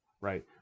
Right